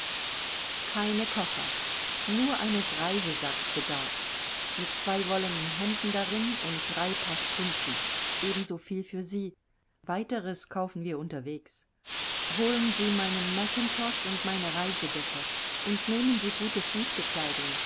keine koffer nur eines reisesackes bedarf's mit zwei wollenen hemden darin und drei paar strümpfen ebensoviel für sie weiteres kaufen wir unterwegs holen sie meinen makintosh und meine reisedecke und nehmen sie gute